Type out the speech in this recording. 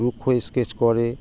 রুক্ষ স্কেচ করে